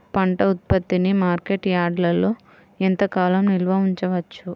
పంట ఉత్పత్తిని మార్కెట్ యార్డ్లలో ఎంతకాలం నిల్వ ఉంచవచ్చు?